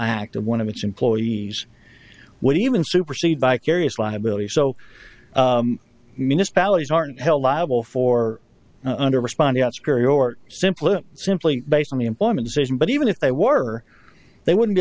act of one of its employees would even supersede vicarious liability so municipalities aren't held liable for under respond out scary or simply simply based on the employment decision but even if they were they wouldn't